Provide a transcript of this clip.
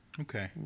Okay